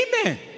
Amen